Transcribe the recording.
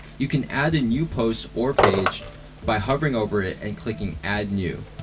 you can add a new post or page by hovering over it and clicking add new.